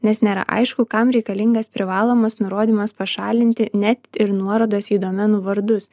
nes nėra aišku kam reikalingas privalomas nurodymas pašalinti net ir nuorodas į domenų vardus